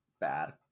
bad